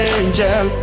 angel